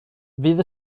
fydd